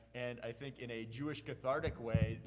and i think in a jewish cathartic way,